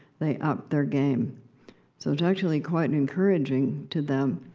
they up their game. so, it's actually quite and encouraging to them,